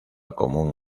común